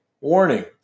Warning